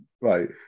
right